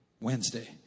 Wednesday